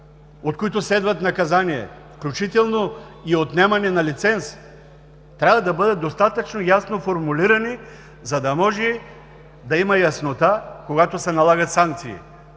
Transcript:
от които следват наказания, включително и отнемане на лиценз, да бъдат достатъчно ясно формулирани, за да може да има яснота, когато се налагат санкции.